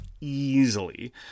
easily